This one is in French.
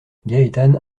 gaétane